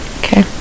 okay